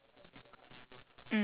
ya but quite cool